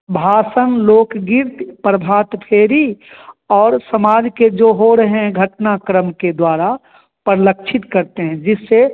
भाषण लोकगीत प्रभात फेरी और समाज के जो हो रहे हैं घटनाक्रम के द्वारा परलक्षित करते हैं जिससे